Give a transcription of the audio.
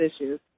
issues